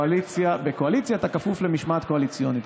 בקואליציה אתה כפוף למשמעת קואליציונית,